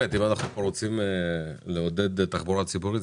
אם אנחנו רוצים לעודד תחבורה ציבורית,